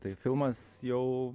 tai filmas jau